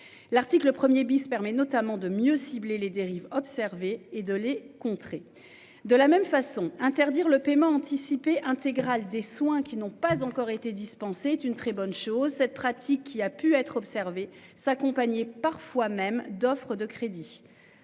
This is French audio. L'article 1er bis permet notamment de mieux cibler les dérives observées et de les contrer. De la même façon interdire le paiement anticipé intégrale des soins qui n'ont pas encore été dispensé est une très bonne chose, cette pratique qui a pu être observée s'accompagnait, parfois même d'offres de crédit